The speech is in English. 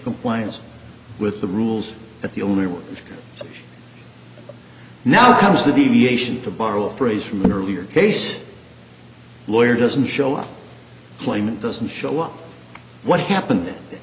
compliance with the rules that the only way now comes the deviation to borrow a phrase from an earlier case lawyer doesn't show up claimant doesn't show up what happened